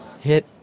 Hit